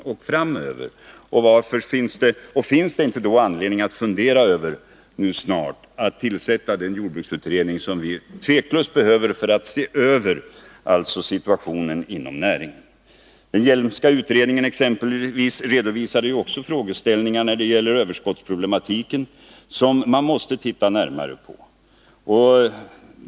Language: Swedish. Finns det inte då anledning att nu snart börja fundera över att tillsätta den jordbruksutredning som vi tveklöst behöver för att se över situationen inom näringen? Den Hjelmska utredningen exempelvis redovisade också frågeställningar när det gäller överskottsproblematiken, som man måste titta närmare på.